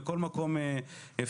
בכל מקום אפשרי,